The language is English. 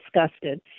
disgusted